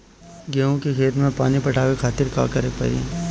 गेहूँ के खेत मे पानी पटावे के खातीर का करे के परी?